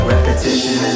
Repetition &